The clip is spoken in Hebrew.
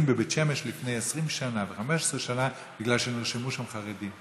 בבית שמש לפני 20 שנה ו-15 שנה בגלל שנרשמו שם חרדים?